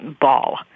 ball